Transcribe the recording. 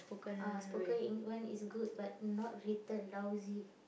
ah spoken Eng~ one is good but not written lousy